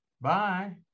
Bye